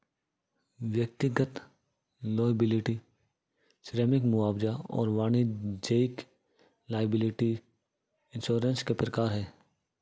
व्यक्तिगत लॉयबिलटी श्रमिक मुआवजा और वाणिज्यिक लॉयबिलटी इंश्योरेंस के प्रकार हैं